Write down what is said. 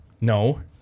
No